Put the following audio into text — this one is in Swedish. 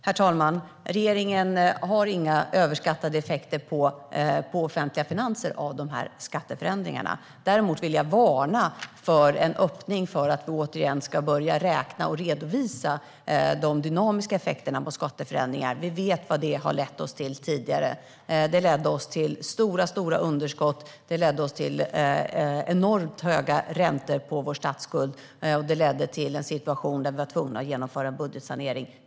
Herr talman! Regeringen har inga överskattade effekter på offentliga finanser av skatteförändringarna. Däremot vill jag varna för en öppning för att vi återigen ska börja räkna och redovisa de dynamiska effekterna av skatteförändringar. Vi vet vad det har lett oss till tidigare. Det ledde oss till stora underskott och enormt höga räntor på vår statsskuld. Det ledde till en situation där vi var tvungna att genomföra en budgetsanering.